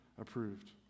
approved